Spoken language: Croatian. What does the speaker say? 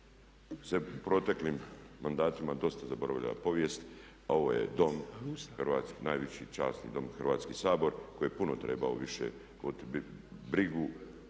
se u proteklim mandatima dosta zaboravljala povijest, ovo je Dom, najviši, časni Dom Hrvatski sabor koji je puno trebao više voditi brigu